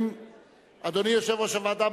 אדוני יושב-ראש הוועדה,